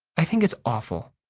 i think it's awful,